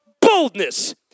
boldness